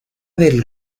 del